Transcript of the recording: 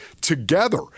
together